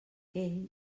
ell